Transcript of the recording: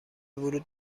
ورود